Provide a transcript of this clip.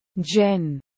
Jen